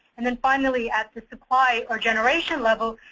and then finally at the supply or generation level,